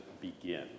begin